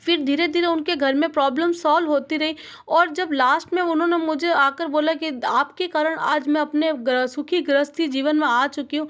फिर धीरे धीरे उनके घर में प्रॉब्लम सॉल्व होती रही और जब लास्ट में उन्होंने मुझे आ कर बोला कि आप के कारण आज मैं अपने गृह सुखी गृहस्ती जीवन में आ चुकी हूं